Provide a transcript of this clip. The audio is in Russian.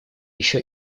еще